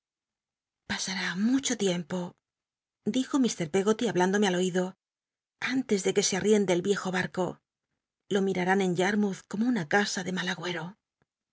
pasará mucho tiempo dijo llk peggoty hablündome al oiclo antes de c uc se arriende el viejo barco lo mirarán en yarmonth como una casa de mal agüero